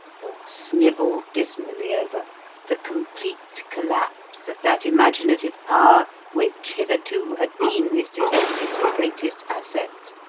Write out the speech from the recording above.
or snivel dismally over the complete collapse of that imaginative power which, hitherto, had been this detective's greatest asset,